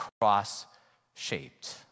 cross-shaped